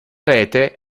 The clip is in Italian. rete